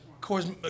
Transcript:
cause